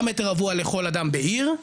10 מטר רבוע לכל אדם בעיר,